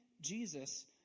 jesus